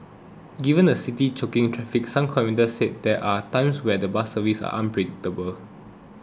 given the city's choking traffic some commuters said there are times when the bus services are unpredictable